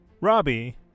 robbie